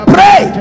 Pray